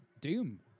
Doom